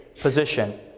position